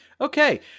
Okay